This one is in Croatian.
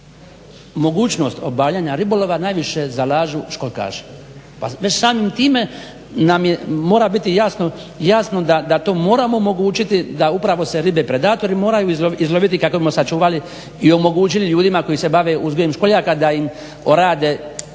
mogućnost obavljanja ribolova najviše zalažu školjkaši. Pa već samim time nam mora biti jasno da to moramo omogućiti da se upravo ribe predatori moraju izloviti kako bimo sačuvali i omogućili ljudima koji se bave uzgojem školjaka da im orade